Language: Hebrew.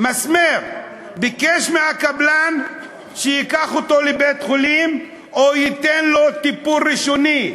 ביקש מהקבלן שייקח אותו לבית-חולים או ייתן לו טיפול ראשוני.